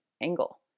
angle